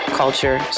culture